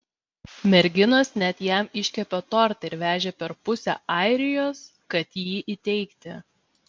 merginos net jam iškepė tortą ir vežė per pusę airijos kad jį įteikti